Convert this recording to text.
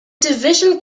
division